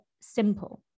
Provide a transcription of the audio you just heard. simple